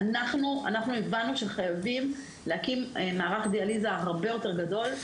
אנחנו הבנו שחייבים להקים מערך דיאליזה הרבה יותר גדול.